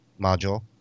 module